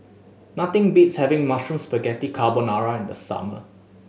nothing beats having Mushroom Spaghetti Carbonara in the summer